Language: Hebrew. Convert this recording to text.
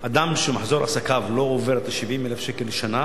שאדם שמחזור עסקיו לא עובר את 70,000 השקל בשנה,